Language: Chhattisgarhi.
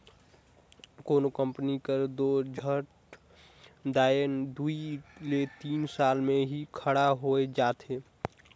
कोनो कंपनी हर दो झट दाएन दुई ले तीन साल में ही खड़ा होए जाथे